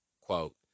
Quote